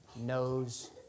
knows